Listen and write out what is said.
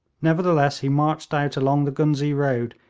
nevertheless, he marched out along the ghuznee road,